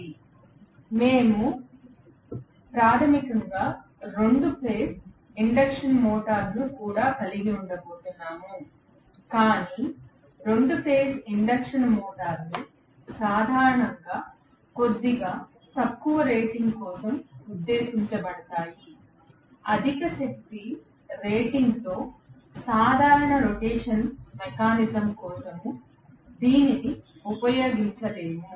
కాబట్టి మేము ప్రాథమికంగా 2 ఫేజ్ ఇండక్షన్ మోటారును కూడా కలిగి ఉండబోతున్నాము కాని 2 ఫేజ్ ఇండక్షన్ మోటార్లు సాధారణంగా కొద్దిగా తక్కువ రేటింగ్ కోసం ఉద్దేశించబడతాయి అధిక శక్తి రేటింగ్తో సాధారణ రొటేషన్ మెకానిజం కోసం దీనిని ఉపయోగించలేము